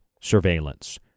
surveillance